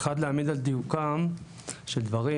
אחד להעמיד על דיוקם של דברים,